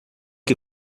que